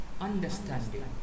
understanding